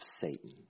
Satan